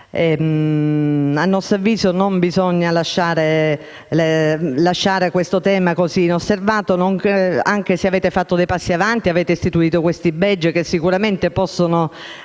A nostro avviso, non bisogna lasciare questo tema inosservato, anche se avete fatto dei passi avanti e istituito questi *budget* che sicuramente possono